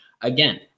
again